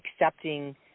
accepting